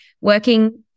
working